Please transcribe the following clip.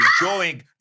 enjoying